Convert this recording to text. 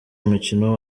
umukino